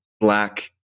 black